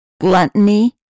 gluttony